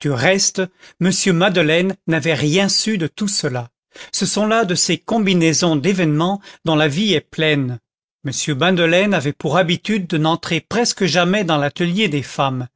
du reste m madeleine n'avait rien su de tout cela ce sont là de ces combinaisons d'événements dont la vie est pleine m madeleine avait pour habitude de n'entrer presque jamais dans l'atelier des femmes